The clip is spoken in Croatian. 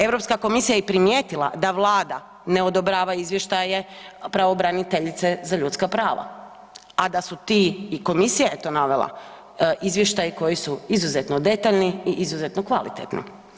Europska komisija je primijetila da Vlada ne odobrava izvještaje pravobraniteljice za ljudska prava, a da su ti i Komisija je to navela, izvještaji koji su izuzetno detaljni i izuzetno kvalitetni.